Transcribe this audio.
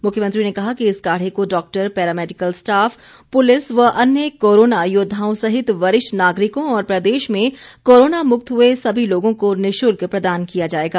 मुख्यमंत्री ने कहा कि इस काढ़े को doctor paramedical staff police व अन्य कोरोना योद्धाओं सहित वरिष्ठ नागरिकों और प्रदेश में कोरोना मुक्त हुए सभी लोगों को निश्ल्क प्रदान किया जाएगा